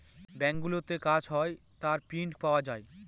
ব্যাঙ্কগুলোতে কাজ হয় তার প্রিন্ট পাওয়া যায়